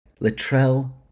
Latrell